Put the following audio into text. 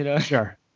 Sure